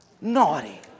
naughty